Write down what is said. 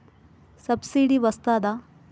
Subsidy వస్తదా?